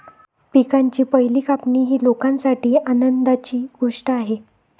पिकांची पहिली कापणी ही लोकांसाठी आनंदाची गोष्ट आहे